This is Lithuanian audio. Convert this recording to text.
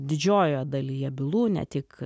didžiojoje dalyje bylų ne tik